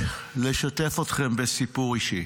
חבר הכנסת בליאק, שב, תכבד אותי.